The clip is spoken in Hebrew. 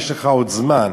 יש לך עוד זמן,